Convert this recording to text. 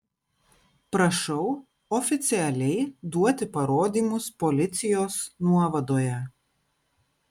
prašau oficialiai duoti parodymus policijos nuovadoje